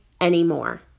anymore